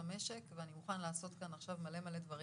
המשק ואני מוכן לעשות כאן עכשיו מלא מלא דברים